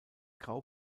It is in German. grau